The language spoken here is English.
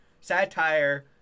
Satire